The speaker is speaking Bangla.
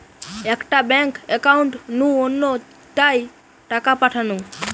একটা ব্যাঙ্ক একাউন্ট নু অন্য টায় টাকা পাঠানো